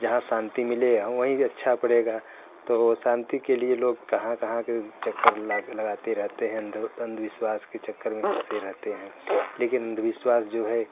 जहाँ शांति मिले हम वहीं से अच्छा पड़ेगा तो वह शांति के लिए लोग कहाँ कहाँ के चक्कर लगाते रहते हैं अंधविश्वास के चक्कर में फंसे रहते हैं लेकिन विश्वास जो है